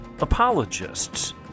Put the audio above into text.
apologists